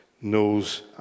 knows